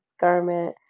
garment